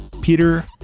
peter